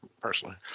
personally